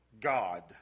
God